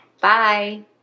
Bye